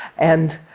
and